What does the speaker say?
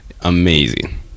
amazing